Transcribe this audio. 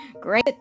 great